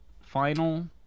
final